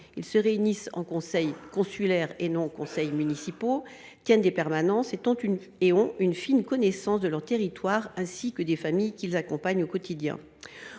ils se réunissent non pas en conseils municipaux, mais en conseils consulaires, tiennent des permanences et ont une fine connaissance de leur territoire, ainsi que des familles qu’ils accompagnent au quotidien.